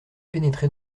pénétré